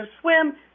swim